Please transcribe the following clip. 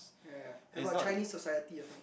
yea yea have a Chinese society ah